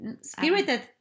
Spirited